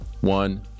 one